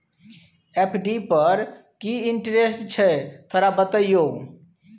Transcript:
FD पर की interest छय थोरा बतईयो?